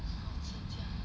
好吃这样